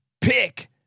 Pick